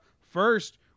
First